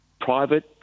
private